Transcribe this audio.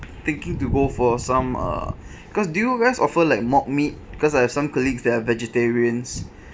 thinking to go for some uh because do you guys offer like mock meat because I have some colleagues that are vegetarians